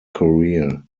career